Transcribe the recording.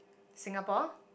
Singapore